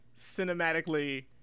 cinematically